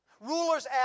Rulers